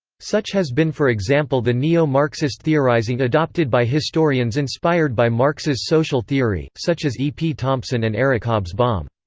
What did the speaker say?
such has been for example the neo-marxist theorising adopted by historians inspired by marx's social theory, such as e. p. thompson and eric hobsbawm.